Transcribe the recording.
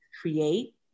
create